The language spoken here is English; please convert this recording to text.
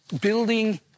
Building